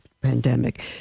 pandemic